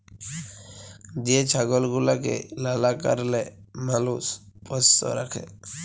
যে ছাগল গুলাকে লালা কারলে মালুষ পষ্য রাখে